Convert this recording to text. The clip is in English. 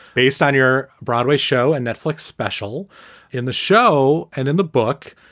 based on your broadway show and netflix special in the show and in the book,